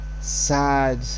sad